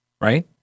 Right